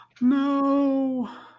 no